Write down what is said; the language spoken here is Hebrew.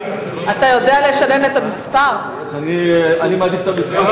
אני מעדיף את המספר של ראש הממשלה.